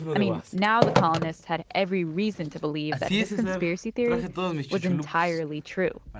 i mean, now the colonists had every reason to believe that his conspiracy theory was entirely true.